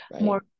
more